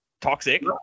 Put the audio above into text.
Toxic